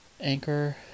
Anchor